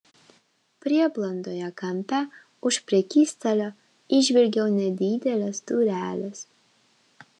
prieblandoje kampe už prekystalio įžvelgiau nedideles dureles